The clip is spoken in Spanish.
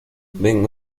vengo